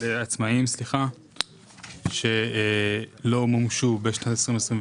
לעצמאים שלא מומשו בשנת 2021,